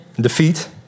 defeat